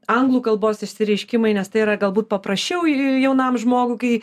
anglų kalbos išsireiškimai nes tai yra galbūt paprasčiau jaunam žmogui kai